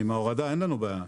עם ההורדה אין לנו בעיה.